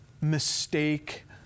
mistake